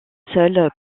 seules